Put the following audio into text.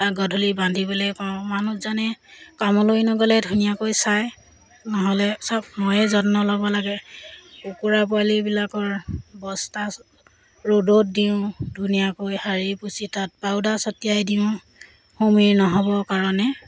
বা গধূলি বান্ধিবলৈ কওঁ মানুহজনে কামলৈ নগ'লে ধুনীয়াকৈ চায় নহ'লে চব ময়েই যত্ন ল'ব লাগে কুকুৰা পোৱালিবিলাকৰ বস্তা ৰ'দত দিওঁ ধুনীয়াকৈ সাৰি পুচি তাত পাউদাৰ ছটিয়াই দিওঁ হুমি নহ'ব কাৰণে